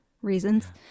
reasons